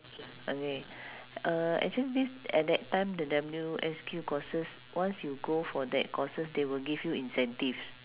okay uh actually this at that time the W_S_Q courses once you go for that courses they will give you incentives